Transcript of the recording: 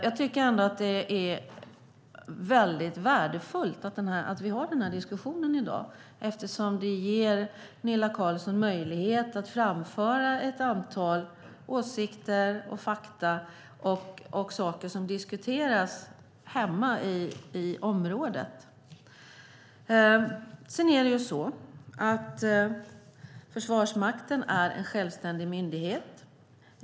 Jag tycker ändå att det är värdefullt att vi har den här diskussionen i dag, eftersom den ger Gunilla Carlsson möjlighet att framföra ett antal åsikter och fakta och saker som diskuteras hemma i området. Försvarsmakten är en självständig myndighet.